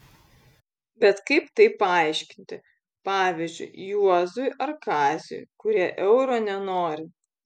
bet kaip tai paaiškinti pavyzdžiui juozui ar kaziui kurie euro nenori